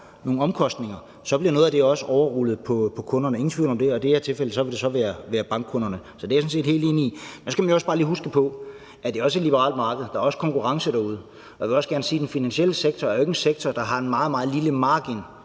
nogle omkostninger, så bliver noget af det også overrullet på kunderne, ingen tvivl om det, og i det her tilfælde vil det så være bankkunderne. Så det er jeg sådan set helt enig i. Nu skal man jo også bare lige huske på, at det også er et liberalt marked, og at der også er konkurrence derude. Jeg vil også gerne sige, at den finansielle sektor jo ikke er en sektor, der har en meget, meget lille margen